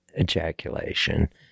ejaculation